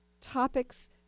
topics